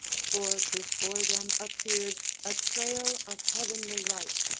for before them appeared a trail of heavenly light,